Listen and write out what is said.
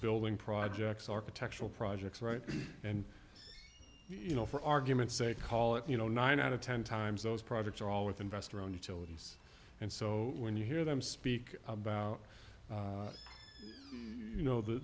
building projects architectural projects right and you know for argument's sake call it you know nine out of ten times those projects are all with investor owned utilities and so when you hear them speak about you know the